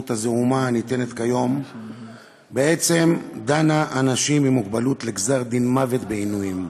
הזעומה הניתנת כיום בעצם דנה אנשים עם מוגבלות לגזר דין מוות בעינויים.